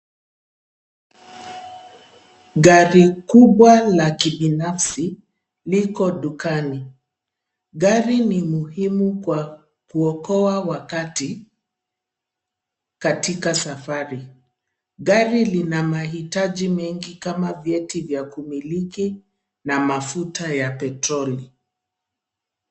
Gari kubwa la kibinafsi liko dukani. Gari ni muhimu kwa kuokoa wakati katika safari. Gari lina mahitaji mengi kama vyeti vya kumiliki na mafuta ya petroli.